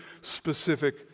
specific